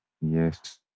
Yes